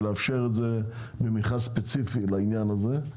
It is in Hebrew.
ולאפשר את זה במכרז ספציפי לעניין הזה,